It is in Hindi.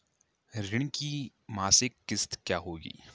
ऋण की मासिक किश्त क्या होगी?